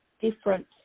different